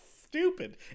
Stupid